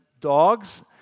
dogs